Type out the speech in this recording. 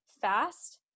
fast